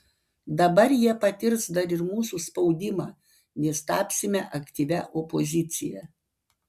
dabar jie patirs dar ir mūsų spaudimą nes tapsime aktyvia opozicija